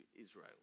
Israel